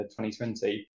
2020